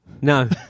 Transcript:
No